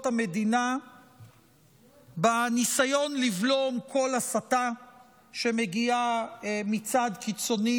המדינה בניסיון לבלום כל הסתה שמגיעה מצד קיצוני